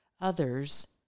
Others